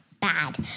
Bad